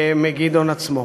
מגדעון עצמו.